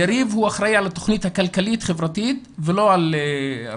יריב הוא אחראי על התוכנית הכלכלית-חברתית ולא על הרשות.